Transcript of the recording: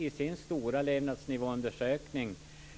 I sin stora levnadsnivåundersökning